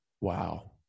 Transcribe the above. Wow